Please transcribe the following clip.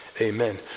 Amen